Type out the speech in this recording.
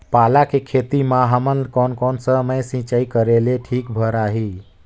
पाला के खेती मां हमन कोन कोन समय सिंचाई करेले ठीक भराही?